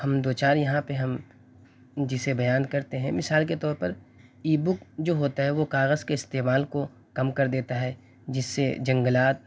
ہم دو چار یہاں پہ ہم جسے بیان کرتے ہیں مثال کے طور پر ای بک جو ہوتا ہے وہ کاغذ کے استعمال کو کم کر دیتا ہے جس سے جنگلات